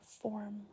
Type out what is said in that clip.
form